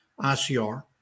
ICR